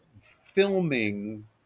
filming